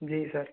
जी sir